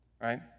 Right